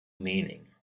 meaning